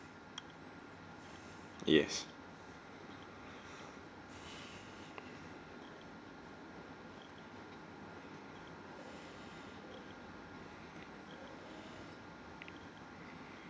yes